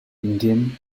indian